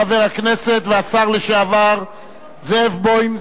חבר הכנסת והשר לשעבר זאב בוים,